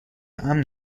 امن